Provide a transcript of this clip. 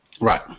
Right